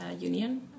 Union